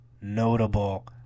notable